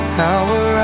power